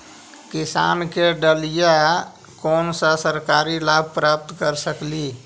किसान के डालीय कोन सा सरकरी लाभ प्राप्त कर सकली?